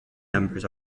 numbers